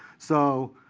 so,